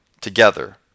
together